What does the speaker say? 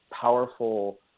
powerful